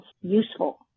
useful